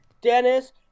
Dennis